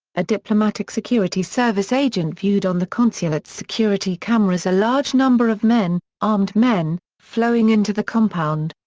a diplomatic security service agent viewed on the consulate's security cameras a large number of men, armed men, flowing into the compound.